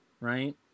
Right